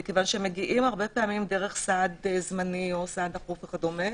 מגיעים הרבה פעמים דרך סעד זמני או סעד דחוף וכדומה